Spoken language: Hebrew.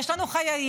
יש לנו חיילים,